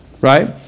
Right